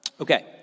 Okay